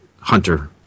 Hunter